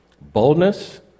Boldness